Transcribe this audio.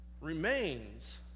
remains